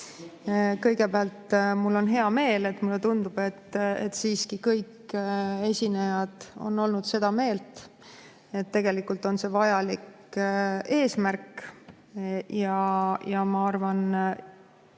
Kõigepealt on mul hea meel, [sest] mulle tundub, et kõik esinejad on siiski olnud seda meelt, et tegelikult on see vajalik eesmärk. Ma arvan, et